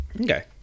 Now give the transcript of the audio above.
Okay